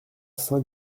saint